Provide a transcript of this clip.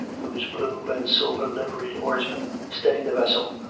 whose blue-and silver liveried oarsmen steadied the vessel,